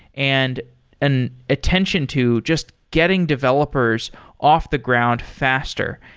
and an attention to just getting developers off the ground faster,